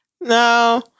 no